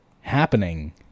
happening